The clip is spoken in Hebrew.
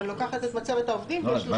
אבל לוקחת את מצבת העובדים ו-30% מהם --- לא.